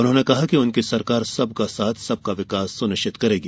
उन्होंने कहा कि उनकी सरकार सबका साथ सबका विकास सुनिश्चित करेगी